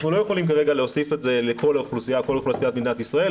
אנחנו לא יכולים כרגע להוסיף את זה לכל אוכלוסיית מדינת ישראל,